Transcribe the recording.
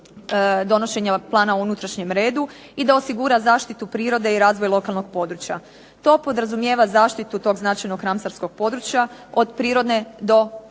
donošenja plana o unutrašnjem redu i da osigura zaštitu prirode i razvoj lokalnog područja. To podrazumijeva zaštitu tog značajnog ramstarskog područja, od prirodne do